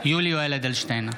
יולי יואל אדלשטיין,